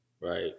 Right